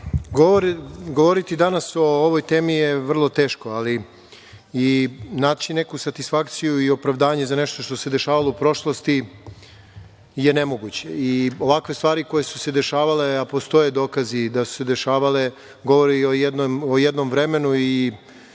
Govoriti danas o ovoj temi je vrlo teško, ali i naći neku satisfakciju i opravdanje za nešto što se dešavalo u prošlosti je nemoguće. Ovakve stvari koje su se dešavale, a postoje dokazi da su se dešavale, govori o jednom vremenu i